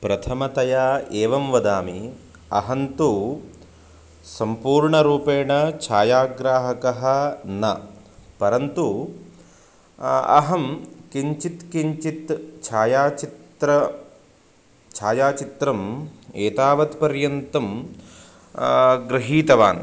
प्रथमतया एवं वदामि अहं तु सम्पूर्णरूपेण छायाग्राहकः न परन्तु अहं किञ्चित् किञ्चित् छायाचित्रं छायाचित्रम् एतावत् पर्यन्तं गृहीतवान्